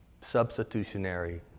Substitutionary